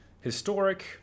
historic